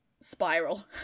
spiral